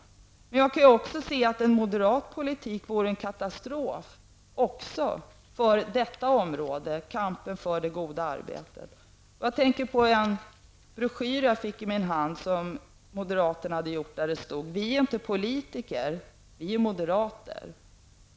Jag kan också se att en moderat politik vore en katastrof för kampen för det goda arbetet. Jag tänker på en broschyr som jag fått i min hand och där moderaterna skrivit: Vi är inte politiker -- vi är moderater.